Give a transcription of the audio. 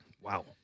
Wow